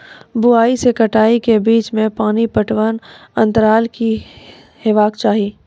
बुआई से कटाई के बीच मे पानि पटबनक अन्तराल की हेबाक चाही?